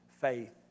faith